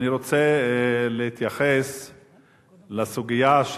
אני רוצה להתייחס לסוגיה,